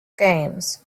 games